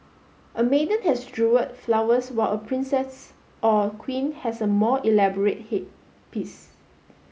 a maiden has jewelled flowers while a princess or queen has a more elaborate headpiece